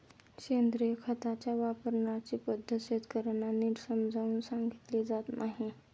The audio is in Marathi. सेंद्रिय खताच्या वापराची पद्धत शेतकर्यांना नीट समजावून सांगितली जात नाही